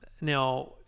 Now